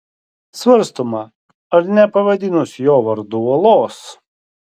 svarstoma ar nepavadinus jo vardu uolos